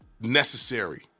necessary